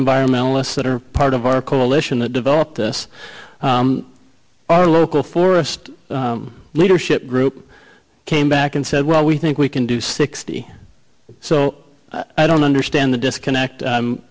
environmentalists that are part of our coalition that developed this our local forest leadership group came back and said well we think we can do sixty so i don't understand the disconnect